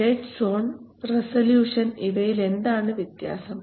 dead zone resolution ഇവയിൽ എന്താണ് വ്യത്യാസം